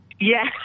Yes